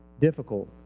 difficult